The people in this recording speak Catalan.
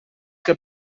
que